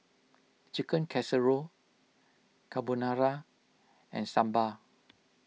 Chicken Casserole Carbonara and Sambar